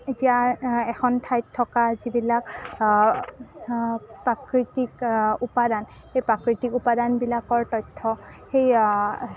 এতিয়া এখন ঠাইত থকা যিবিলাক প্ৰাকৃতিক উপাদান সেই প্ৰাকৃতিক উপাদানবিলাকৰ তথ্য সেই